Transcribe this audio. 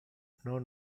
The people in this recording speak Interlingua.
non